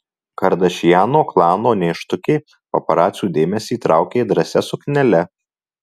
kardashianų klano nėštukė paparacių dėmesį traukė drąsia suknele